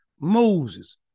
Moses